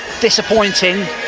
disappointing